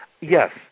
Yes